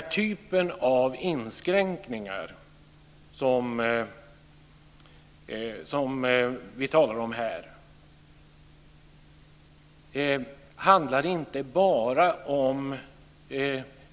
Den typ av inskränkningar som vi talar om här handlar inte bara om